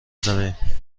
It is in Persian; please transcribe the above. زمین